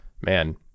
man